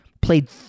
played